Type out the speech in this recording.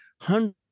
hundreds